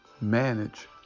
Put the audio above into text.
manage